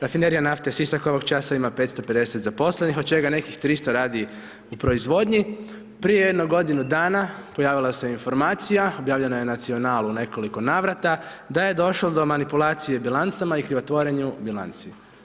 Rafinerija nafte Sisak ovog časa ima 550 zaposlenih, od čega nekih 300 radi u proizvodnji, prije jedno godinu dana pojavila se informacija, objavljena je u Nacionalu u nekoliko navrata da je došlo do manipulacije bilancama i krivotvorenju bilanci.